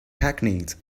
hackneyed